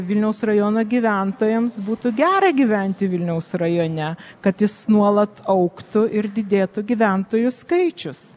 vilniaus rajono gyventojams būtų gera gyventi vilniaus rajone kad jis nuolat augtų ir didėtų gyventojų skaičius